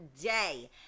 day